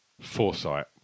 Foresight